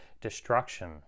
destruction